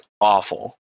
awful